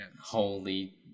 Holy